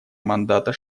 мандата